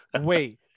Wait